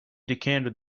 decanted